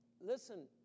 listen